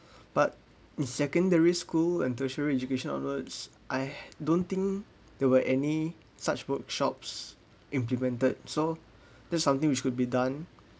but in secondary school and tertiary education onwards I don't think there were any such workshops implemented so that's something which could be done